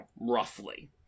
roughly